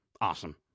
awesome